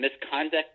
misconduct